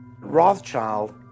Rothschild